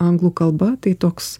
anglų kalba tai toks